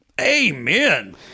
Amen